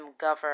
govern